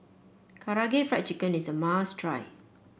Karaage Fried Chicken is a must try